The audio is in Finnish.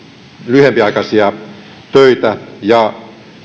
lyhyempiaikaisia töitä ja